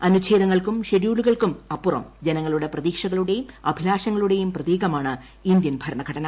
അനുച്ഛേദങ്ങൾക്കും ഷെഡ്യൂളുകൾക്കും അപ്പുറം ജനങ്ങളുടെ പ്രതീക്ഷകളുടെയും അഭിലാഷങ്ങളുടെയും പ്രതീകമാണ് ഇന്ത്യൻ ഭരണഘടന